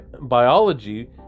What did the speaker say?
biology